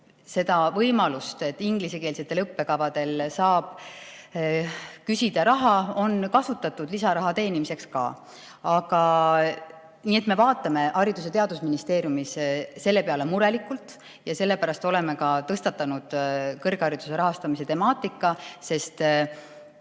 siis võimalust, et ingliskeelsete õppekavade puhul saab küsida raha, on ka kasutatud lisaraha teenimiseks. Me vaatame Haridus‑ ja Teadusministeeriumis selle peale murelikult ja sellepärast oleme tõstatanud kõrghariduse rahastamise temaatika. Ka